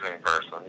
person